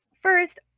First